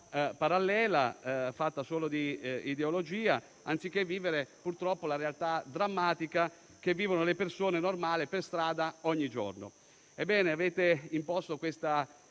parallela, fatta solo di ideologia, anziché la realtà purtroppo drammatica che vivono le persone normali per strada ogni giorno. Ebbene, avete imposto questa